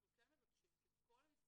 אנחנו כן מבקשים שכל המשרדים